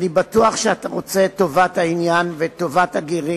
ואני בטוח שאתה רוצה את טובת העניין וטובת הגרים,